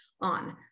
on